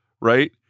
right